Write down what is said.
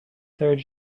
third